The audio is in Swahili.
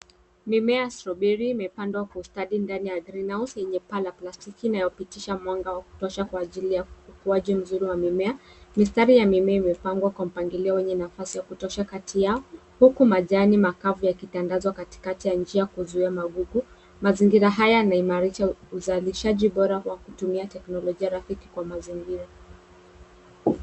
Mimea ya strawberry imepandwa kwa ustadi ndani ya green house enye paa ya plastiki inaopitisha mwanga wa kutosha kwa ajili ukuaji mzuri wa mimea mistari ya mimea imepangwa kwa mpangilio wenye nafasi ya kutosha kati yao huku majani makafu yakitandaswa katikati njia kuzuia muku. Mazingira haya ina imarisha uzalishaji bora kwa kutumia teknolojia rafiki kwa mazingira.